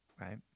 Right